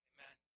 Amen